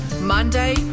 Monday